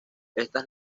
estas